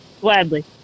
Gladly